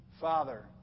Father